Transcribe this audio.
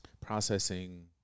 Processing